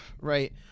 right